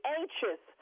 anxious